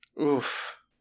Oof